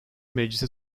meclise